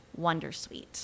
wondersuite